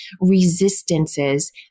resistances